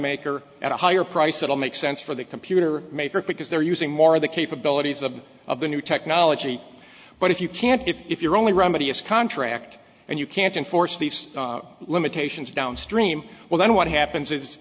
maker at a higher price it'll make sense for the computer maker because they're using more of the capabilities of of the new technology but if you can't if your only remedy is contract and you can't enforce these limitations downstream well then what happens is